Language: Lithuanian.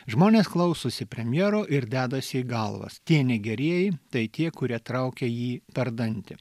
žmonės klausosi premjero ir dedasi į galvas tie negerieji tai tie kurie traukia jį per dantį